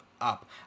up